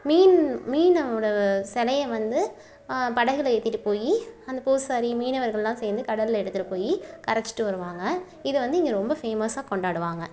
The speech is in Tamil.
மீன் மீனோட சிலைய வந்து படகில் ஏற்றிட்டுப் போய் அந்தப் பூசாரி மீனவர்கள்லாம் சேர்ந்து கடலில் எடுத்துகிட்டு போய் கரைச்சிட்டு வருவாங்க இதை வந்து இங்கே ரொம்ப ஃபேமஸாக கொண்டாடுவாங்க